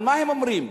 מה הם אומרים?